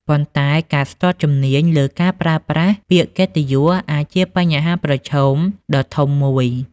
ប៉ុន្តែការស្ទាត់ជំនាញលើការប្រើប្រាស់ពាក្យកិត្តិយសអាចជាបញ្ហាប្រឈមដ៏ធំមួយ។